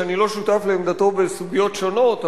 שאני לא שותף לעמדתו בסוגיות שונות,